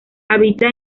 habita